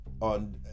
on